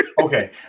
Okay